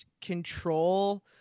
control